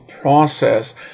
process